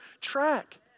track